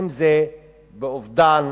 ואם באובדן